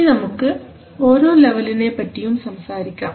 ഇനി നമുക്ക് ഓരോ ലവലിനെപറ്റിയും സംസാരിക്കാം